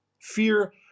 Fear